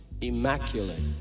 immaculate